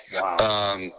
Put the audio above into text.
Wow